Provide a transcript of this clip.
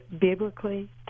biblically